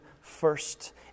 first